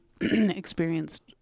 experienced